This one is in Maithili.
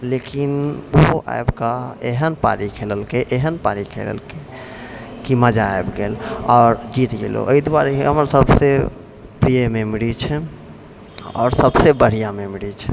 लेकिन ओ आबिकऽ एहन पारी खेललकै एहन पारी खेललकै कि मजा आबि गेल आओर जीत गेलहुँ एहि दुआरे हमर सबसँ प्रिय मेमोरी छै आओर सबसँ बढ़िआँ प्रिय मेमोरी छै